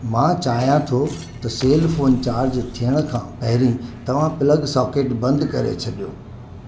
मां चाहियां थो त सेल फोन चार्ज थियण खां पहरीं तव्हांं प्लग सौकेट बंदि करे छॾियो